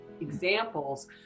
examples